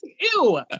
Ew